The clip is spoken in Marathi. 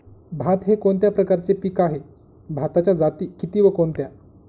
भात हे कोणत्या प्रकारचे पीक आहे? भाताच्या जाती किती व कोणत्या?